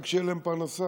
רק שתהיה להם פרנסה,